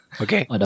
Okay